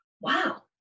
wow